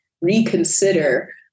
reconsider